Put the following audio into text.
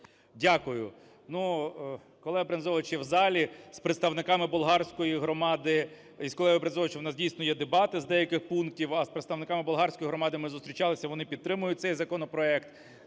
Дякую. Ну, колега Брензович є в залі з представниками болгарської громади. І з колегою Брензовичем у нас дійсно є дебати з деяких пунктів, а з представниками болгарської громади ми зустрічалися, вони підтримують цей законопроект,